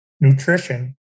nutrition